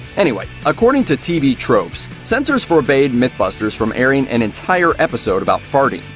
anyway, according to tv tropes, censors forbade mythbusters from airing an entire episode about farting.